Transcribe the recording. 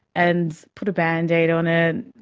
and put a bandaid on it,